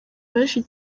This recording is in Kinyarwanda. benshi